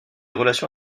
relations